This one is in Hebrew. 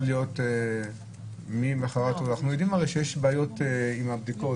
להיות למחרת ואנחנו יודעים הרי שיש בעיות עם הבדיקות,